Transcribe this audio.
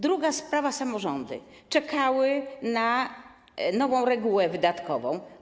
Druga sprawa - samorządy czekały na nową regułę wydatkową.